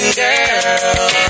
girl